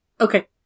Okay